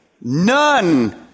none